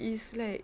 it's like